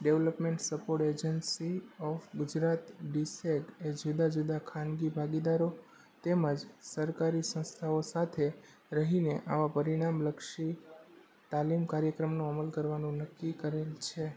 development sport agency of Gujarat D SAG એ જુદા જુદા ખાનગી ભાગીદારો તેમજ સરકારી સંસ્થાઓ સાથે રહીને આવા પરિણામલક્ષી તાલીમ કાર્યર્ક્રમનો અમલ કરવાનું નક્કી કરેલ છે